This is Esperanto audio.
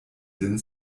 lin